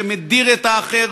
שמדיר את האחר,